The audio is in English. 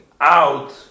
out